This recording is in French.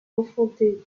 confronté